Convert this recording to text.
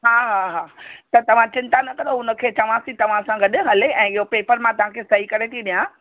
हा हा हा त तव्हां चिंता न करो हुन खे चवांसि थी तव्हा सां गॾु हले ऐं इहो पेपर मां तव्हांखे सही करे थी ॾियां